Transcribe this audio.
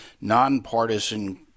nonpartisan